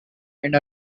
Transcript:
and